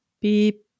beep